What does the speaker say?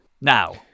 Now